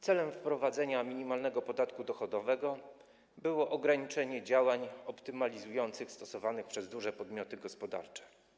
Celem wprowadzenia minimalnego podatku dochodowego było ograniczenie działań optymalizujących stosowanych przez duże podmioty gospodarcze.